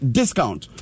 discount